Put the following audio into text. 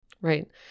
Right